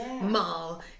mall